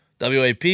WAP